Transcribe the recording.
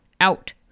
out